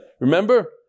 Remember